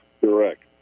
correct